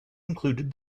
included